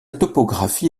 topographie